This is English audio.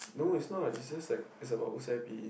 no it's not it was just like is about whose I_P